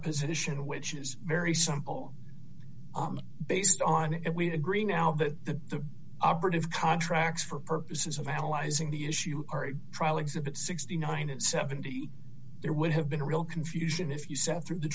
position which is very simple based on it we agree now that the operative contracts for purposes of analyzing the issue are a trial exhibit sixty nine and seventy there would have been real confusion if you sat through the